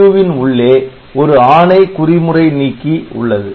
ALU வின் உள்ளே ஒரு ஆணை குறிமுறை நீக்கி உள்ளது